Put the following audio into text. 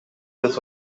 this